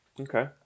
Okay